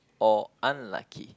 or unlucky